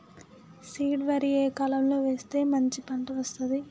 Seed వరి ఏ కాలం లో వేస్తే మంచి పంట వస్తది?